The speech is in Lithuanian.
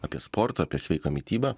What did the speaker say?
apie sportą apie sveiką mitybą